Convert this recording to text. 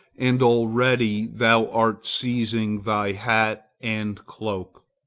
and already thou art seizing thy hat and cloak.